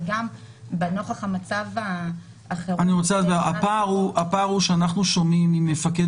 נוכח מצב החירום --- הפער הוא שאנחנו שומעים ממפקד